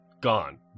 Gone